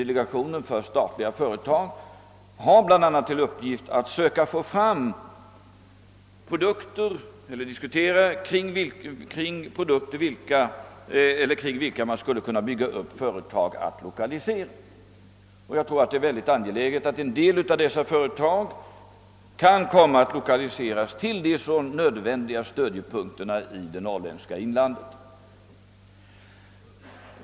Delegationen för statliga företag har bl.a. till uppgift att diskutera kring vilka produkter man kan bygga upp företag att lokalisera. Och jag tror det är ytterst angeläget att en del av dessa företag kan lokaliseras till de så nödvändiga stödjepunkterna i det norrländska inlandet.